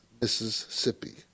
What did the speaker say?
Mississippi